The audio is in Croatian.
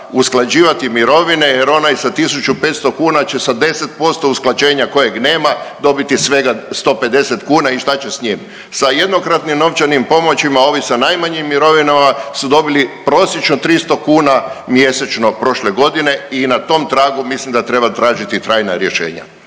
usklađivati mirovine jer onaj sa 1500 kuna će sa 10% usklađenja kojeg nema dobiti svega 150 kuna i šta će s njim? Sa jednokratnim novčanim pomoćima ovi sa najmanjim mirovinama su dobili prosječno 300 kuna mjesečno prošle godine i na tom tragu mislim da treba tražiti trajna rješenja.